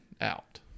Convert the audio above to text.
out